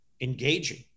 engaging